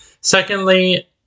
Secondly